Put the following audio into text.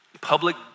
public